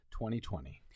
2020